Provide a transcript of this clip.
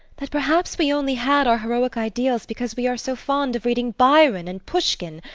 that perhaps we only had our heroic ideas because we are so fond of reading byron and pushkin,